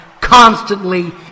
constantly